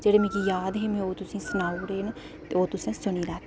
जेह्ड़े मिगी जाद हे ओह् में तुसेंगी सनाई ओड़े न ते ओह् तुसें सुनी लैते